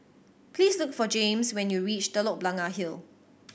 please look for Jaymes when you reach Telok Blangah Hill